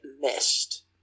missed